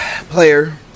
player